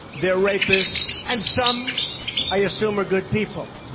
they are rapists, and some i assume are good people.